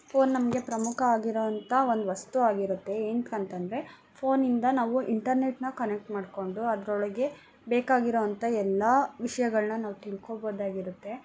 phone ನಮಗೆ ಪ್ರಮುಖ ಆಗಿರೋ ಅಂತ ಒಂದು ವಸ್ತು ಆಗಿರುತ್ತೆ ಏಕೆ ಅಂತಂದರೆ ಫೋನಿಂದ ನಾವು ಇಂಟರ್ನೆಟ್ನ ಕನೆಕ್ಟ್ ಮಾಡಿಕೊಂಡು ಅದರೊಳಗೆ ಬೇಕಾಗಿರೋ ಅಂಥ ಎಲ್ಲ ವಿಷ್ಯಗಳನ್ನ ನಾವು ತಿಳ್ಕೊಳ್ಬೋದಾಗಿರುತ್ತೆ